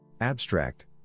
Abstract